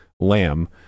Lamb